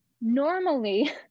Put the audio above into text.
normally